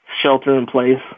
shelter-in-place